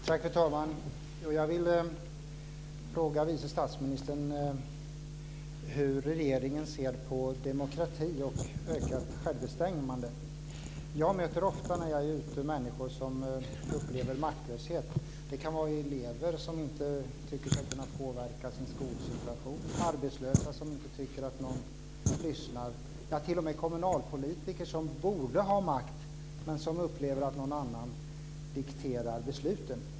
Fru talman! Jag vill fråga vice statsministern hur regeringen ser på demokrati och ökat självbestämmande. När jag är ute möter jag ofta människor som upplever maktlöshet. Det kan vara elever som inte tycker sig kunna påverka sin skolsituation, arbetslösa som inte tycker att någon lyssnar och t.o.m. kommunalpolitiker som borde ha makt men som upplever att någon annan dikterar besluten.